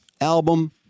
album